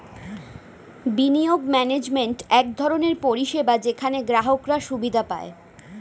বিনিয়োগ ম্যানেজমেন্ট এক ধরনের পরিষেবা যেখানে গ্রাহকরা সুবিধা পায়